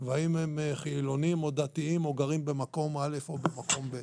ואם הם חילונים או דתיים או גרים במקום א' או במקום ב'.